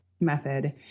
method